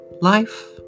life